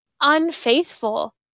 unfaithful